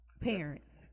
Parents